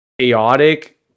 chaotic